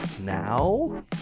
now